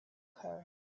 her